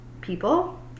people